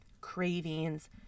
cravings